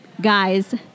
guys